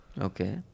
okay